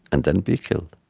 and then be killed.